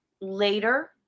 later